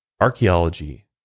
archaeology